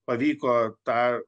pavyko tą